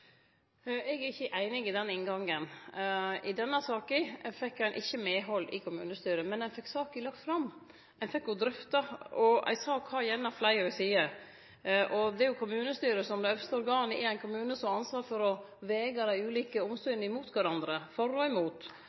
Eg er ikkje einig i den inngangen til temaet. I denne saka fekk ein ikkje medhald i kommunestyret, men ein fekk saka lagt fram. Ein fekk òg drøfta saka, og ei sak har gjerne fleire sider. Det er kommunestyret, som det øvste organet i ein kommune, som har ansvaret for å vege dei ulike omsyna opp mot kvarandre, for og